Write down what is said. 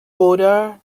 oder